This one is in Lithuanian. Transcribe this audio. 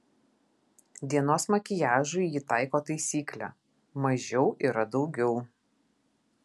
dienos makiažui ji taiko taisyklę mažiau yra daugiau